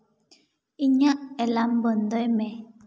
ᱤᱧᱟᱹᱜ ᱮᱞᱟᱨᱢ ᱵᱚᱱᱫᱚᱭ ᱢᱮ